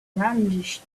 brandished